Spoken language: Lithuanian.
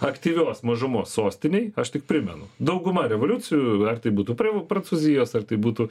aktyvios mažumos sostinėj aš tik primenu dauguma revoliucijų ar tai būtų prevu prancūzijos ar tai būtų